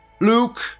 Luke